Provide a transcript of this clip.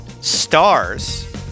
stars